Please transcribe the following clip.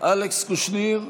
אלכס קושניר,